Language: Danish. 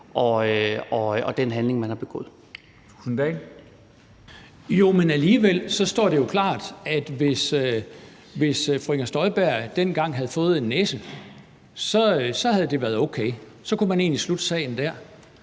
13:53 Kristian Thulesen Dahl (DF): Jo, men alligevel står det jo klart, at hvis fru Inger Støjberg dengang havde fået en næse, havde det været okay, og så kunne man egentlig slutte der.